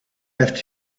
left